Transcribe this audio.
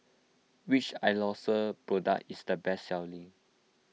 which Isocal product is the best selling